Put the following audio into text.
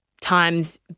times